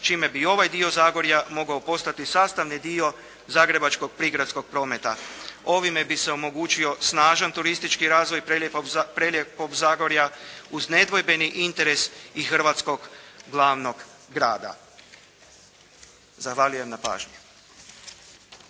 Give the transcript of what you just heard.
čime bi ovaj dio Zagorja mogao postati sastavni dio zagrebačkog prigradskog prometa. Ovime bi se omogućio snažan turistički razvoj prelijepog Zagorja uz nedvojbeni interes i hrvatskog glavnog grada. Zahvaljujem na pažnji.